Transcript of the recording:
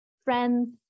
friends